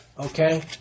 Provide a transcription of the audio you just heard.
Okay